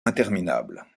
interminable